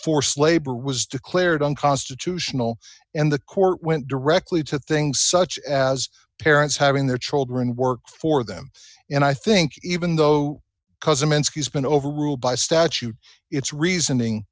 forced labor was declared unconstitutional and the court went directly to things such as parents having their children work for them and i think even though he's been overruled by statute it's reasoning